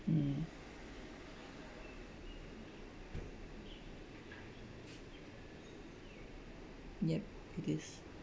mm yup it is